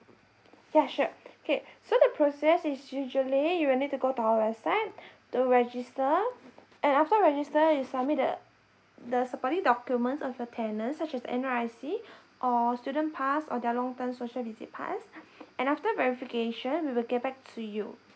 ya sure okay so the process is usually you will need to go to our website to register and after register you submit the the supporting documents of your tenant such as N_R_I_C or student pass or their long term social visit pass and after verification we will get back to you